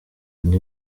andi